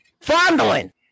fondling